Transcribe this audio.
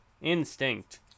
Instinct